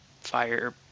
fire